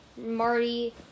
Marty